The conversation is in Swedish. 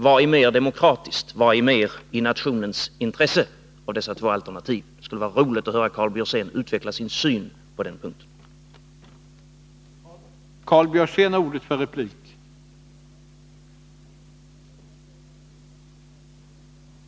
Vad är mer demokratiskt, vad är mer i nationens intresse av dessa två alternativ? Det skulle vara roligt att höra Karl Björzén utveckla sin syn på den punkten: